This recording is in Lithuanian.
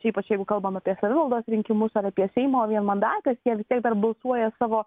čia ypač jeigu kalbam apie savivaldos rinkimus ar apie seimo vienmandates tai jie vis tiek dar balsuoja savo